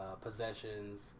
possessions